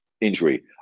injury